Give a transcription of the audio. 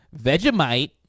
Vegemite